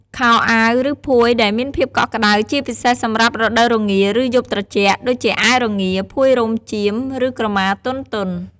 ខោអាវ ឬភួយដែលមានភាពកក់ក្តៅ ជាពិសេសសម្រាប់រដូវរងា ឬយប់ត្រជាក់ ដូចជាអាវរងា ភួយរោមចៀម ឬក្រមាទន់ៗ។